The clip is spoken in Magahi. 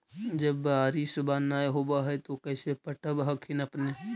जब बारिसबा नय होब है तो कैसे पटब हखिन अपने?